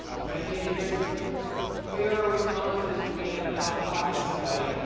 i'm gonna need to hear some clearer responses for me to and and know i'm talking to somebody.